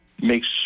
makes